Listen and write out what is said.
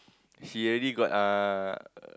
she already got uh